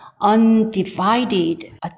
undivided